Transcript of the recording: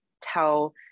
tell